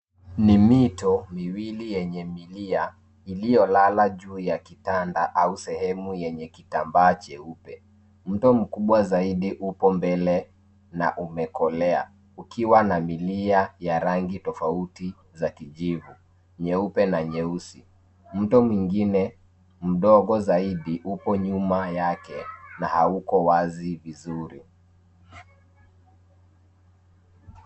Ni mito miwili yenye milia iliyolala juu ya kitanda au sehemu yenye kitambaa cheupe. Mto mkubwa zaidi upo mbele na umekolea, ukiwa na milia ya rangi kutoka uti wa kijivu, nyeupe na nyeusi. Mto mwingine mdogo zaidi upo nyuma yake na hauko wazi vizuri.